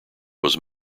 was